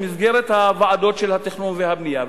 במסגרת הוועדות של התכנון והבנייה.